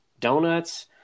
donuts